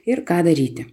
ir ką daryti